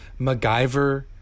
MacGyver